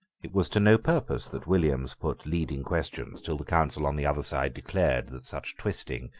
it was to no purpose that williams put leading questions till the counsel on the other side declared that such twisting,